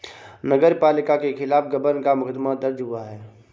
नगर पालिका के खिलाफ गबन का मुकदमा दर्ज हुआ है